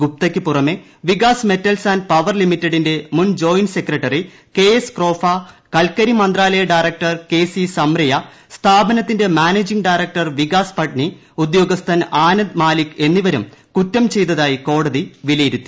ഗുപ്തക്ക് പുറമേ Vikas metals and power ലിമിറ്റഡിന്റെ മുൻ joint secretary K S Kropha കൽക്കരി മന്ത്രാലയ ഡയറക്ടർ കെ സി സംമ്രിയ സ്ഥാപനത്തിന്റെ മാനേജിംഗ് ഡയറക്ടർ വികാസ് പട്ട്നി ഉദ്യോഗസ്ഥൻ ആനന്ദ് മാലിക് എന്നിവരും കുറ്റം ചെയ്തതായി കോടതി വിലയിരുത്തി